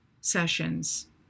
sessions